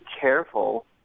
careful